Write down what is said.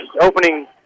opening